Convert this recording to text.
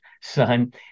son